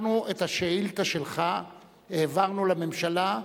אנחנו את השאילתא שלך העברנו לממשלה,